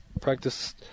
Practice